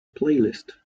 playlist